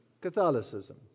catholicism